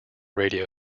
radio